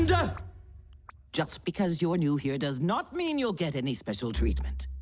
and just because you're new here does not mean you'll get any special treatment.